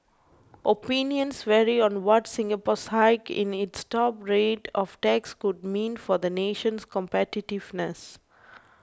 opinions vary on what Singapore's hike in its top rate of tax could mean for the nation's competitiveness